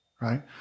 Right